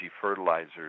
fertilizers